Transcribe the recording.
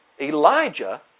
Elijah